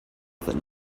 that